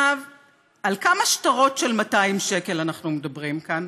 על כמה שטרות של 200 שקל אנחנו מדברים כאן?